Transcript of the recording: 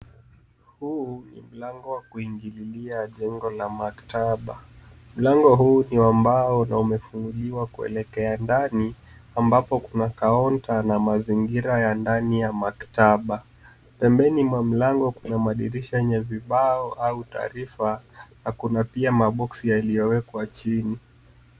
Huu ni mlango wa kuingililia jengo la maktaba. Mlango huu ni wa mbao na umefungiwa kuelekea ndani ambapo kuna kaunta na mazingira ya ndani ya maktaba. Pembeni mwa mlango kuna madirisha yenye vibao au taarifa na kuna pia maboxi yaliyowekwa chini.